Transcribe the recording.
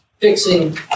fixing